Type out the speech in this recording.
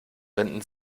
wenden